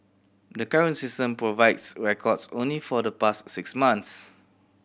the current system provides records only for the past six months